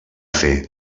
fer